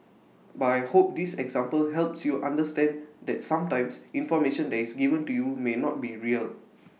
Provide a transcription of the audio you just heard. but I hope this example helps you understand that sometimes information that is given to you may not be real